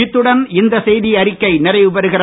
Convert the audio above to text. இத்துடன் இந்த செய்தியறிக்கை நிறைவுபெறுகிறது